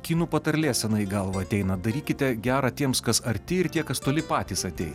kinų patarlė senai į galvą ateina darykite gera tiems kas arti ir tie kas toli patys ateis